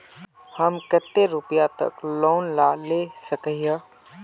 हम कते रुपया तक लोन ला सके हिये?